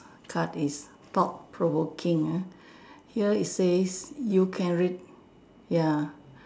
card is thought provoking ah here it says you can re~ ya